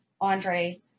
Andre